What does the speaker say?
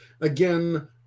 Again